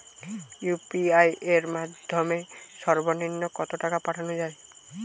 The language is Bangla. ইউ.পি.আই এর মাধ্যমে সর্ব নিম্ন কত টাকা পাঠানো য়ায়?